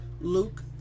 luke